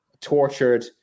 tortured